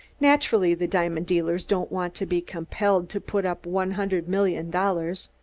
naturally the diamond dealers don't want to be compelled to put up one hundred million dollars.